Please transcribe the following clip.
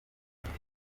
afite